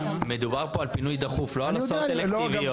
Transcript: מדובר פה על פינוי דחוף, לא רק הסעות אלקטיביות.